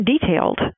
detailed